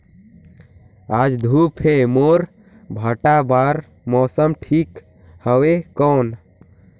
आज धूप हे मोर भांटा बार मौसम ठीक हवय कौन?